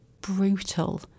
brutal